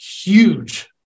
huge